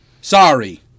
Sorry